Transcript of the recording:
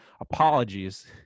apologies